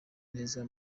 neza